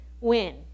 win